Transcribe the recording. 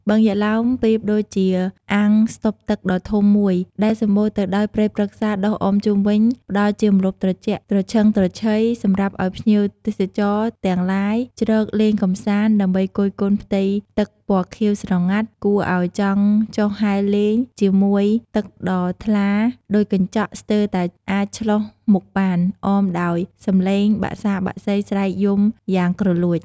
បឹងយក្សឡោម ប្រៀបដូចជាអាងស្តុបទឹកដ៏ធំមួយ ដែលសម្បូរទៅដោយព្រៃព្រឹក្សាដុះអមជុំវិញ ផ្តល់ជាម្លប់ត្រជាក់ត្រឈឹងត្រឈៃ សម្រាប់ឱ្យភ្ញៀវទេសចរទាំងឡាយ ជ្រកលេងកម្សាន្ត ដើម្បីគយគន់ផ្ទៃទឹកពណ៌ខៀវស្រងាត់ គួរឱ្យចង់ចុះហែលលេងជាមួយទឹកដ៏ថ្លាដូចកញ្ចក់ស្ទើរតែ អាចឆ្លុះមុខបាន អមដោយសំឡេងបក្សាបក្សីស្រែកយំយ៉ាងគ្រលួច ។